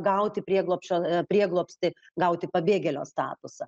gauti prieglobsčio prieglobstį gauti pabėgėlio statusą